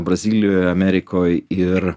brazilijoje amerikoj ir